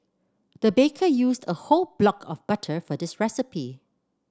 the baker used a whole block of butter for this recipe